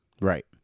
right